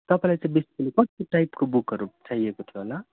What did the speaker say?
तपाईँलाई चाहिँ विशेष गरी कस्तो टाइपको बुकहरू चाहिएको थियो होला